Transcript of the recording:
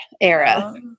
era